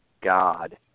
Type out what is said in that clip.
God